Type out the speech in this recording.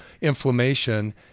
inflammation